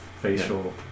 facial